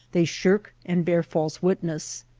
they shirk and bear false witness,